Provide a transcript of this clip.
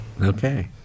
Okay